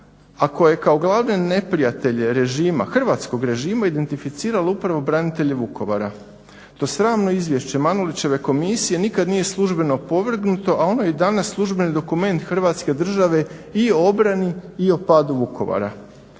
koje je kao gladne neprijatelje hrvatskog režima identificiralo upravo branitelje Vukovara. To sramno izvješće Manolićeve komisije nikada nije službeno opovrgnuto, a ono je i danas službeni dokument Hrvatske države i o obrani i o padu Vukovara.